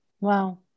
Wow